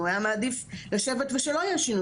הוא היה מעדיף שלא יהיה שינוי,